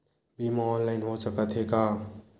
बीमा ऑनलाइन हो सकत हे का?